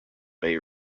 bay